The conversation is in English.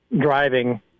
driving